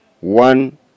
one